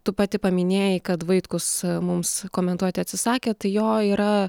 tu pati paminėjai kad vaitkus mums komentuoti atsisakė tai jo yra